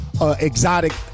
exotic